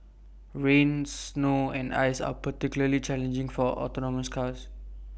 rain snow and ice are particularly challenging for autonomous cars